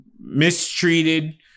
mistreated